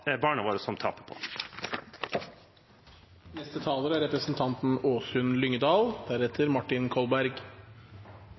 det barna våre som taper på.